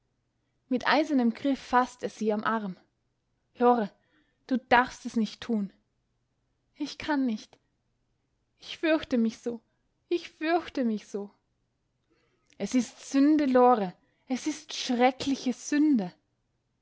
mit eisernem griff faßt er sie am arm lore du darfst es nicht tun ich kann nicht ich fürchte mich so ich fürchte mich so es ist sünde lore es ist schreckliche sünde